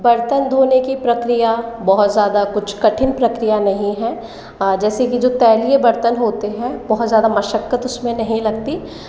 बर्तन धोने की प्रक्रिया बहुत ज़्यादा कुछ कठिन प्रक्रिया नहीं हैं जैसे की जो तैलीय बर्तन होते हैं बहुत ज़्यादा मशक्कत उसमें नहीं लगती